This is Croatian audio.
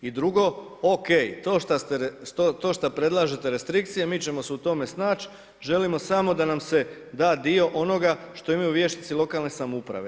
I drugo, OK, to što predlažete restrikcije, mi ćemo se u tome snaći, želimo samo da nam se da dio onoga što imaju vijećnici lokalne samouprave.